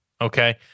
Okay